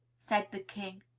said the king.